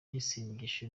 y’isengesho